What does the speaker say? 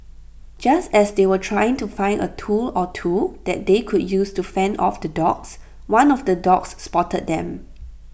just as they were trying to find A tool or two that they could use to fend off the dogs one of the dogs spotted them